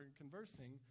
conversing